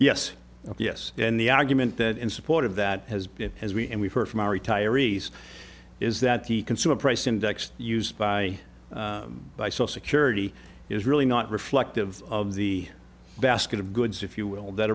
yes yes and the argument that in support of that has been as we and we've heard from our retirees is that the consumer price index used by by so security is really not reflective of the basket of goods if you will